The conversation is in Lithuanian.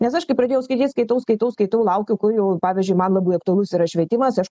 nes aš kai pradėjau skaityt skaitau skaitau skaitau laukiu kur jau pavyzdžiui man labai aktualus yra švietimas aš